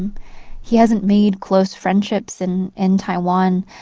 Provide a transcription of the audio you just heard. um he hasn't made close friendships and in taiwan.